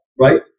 Right